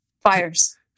fires